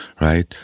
right